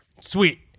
Sweet